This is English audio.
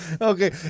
Okay